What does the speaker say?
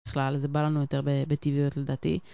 בכלל זה בא לנו יותר בטבעיות לדעתי.